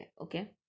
okay